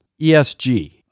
ESG